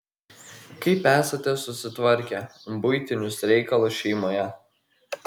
kaip esate susitvarkę buitinius reikalus šeimoje